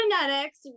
genetics